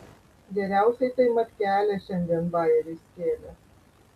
geriausiai tai matkelė šiandien bajerį skėlė